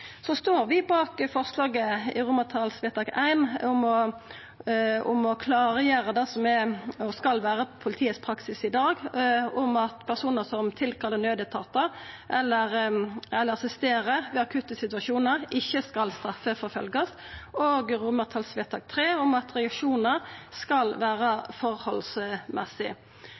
Så står vi bak forslag til vedtak I, om å klargjera det som er og skal vera praksisen til politiet i dag, at personar som tilkallar nødetatar eller assisterer ved akutte situasjonar, ikkje skal straffeforfølgjast, og forslag til vedtak III, om at reaksjonar skal vera